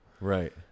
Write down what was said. Right